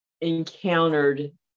encountered